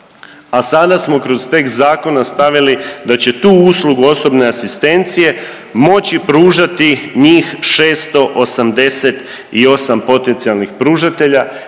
a sada smo kroz tekst zakona stavili da će tu uslugu osobne asistencije moći pružati njih 688 potencijalnih pružatelja,